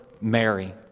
Mary